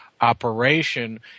operation